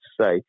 say